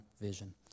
vision